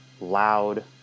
loud